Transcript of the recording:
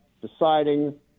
deciding